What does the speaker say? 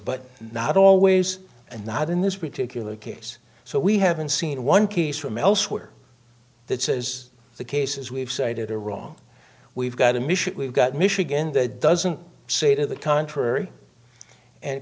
but not always and not in this particular case so we haven't seen one case from elsewhere that says the cases we've cited are wrong we've got a mission we've got michigan that doesn't say to the contrary and